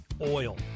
oil